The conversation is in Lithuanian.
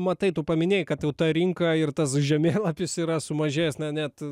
matai tu paminėjai kad jau ta rinka ir tas žemėlapis yra sumažėjęs na net